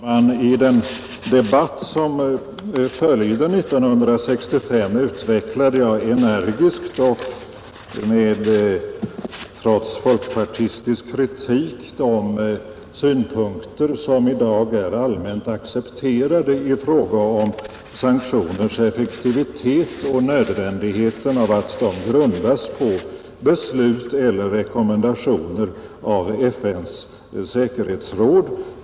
Herr talman! I den debatt som följde 1965 utvecklade jag energiskt och trots folkpartistisk kritik de synpunkter som i dag är allmänt accepterade i fråga om sanktioners effektivitet och nödvändigheten av att de grundas på beslut eller rekommendationer av FN:s säkerhetsråd.